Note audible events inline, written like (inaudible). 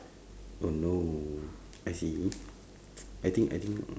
oh no I see (noise) I think I think (noise)